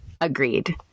Agreed